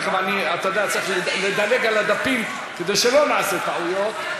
אני עובר על הדפים, כדי שלא נעשה טעויות.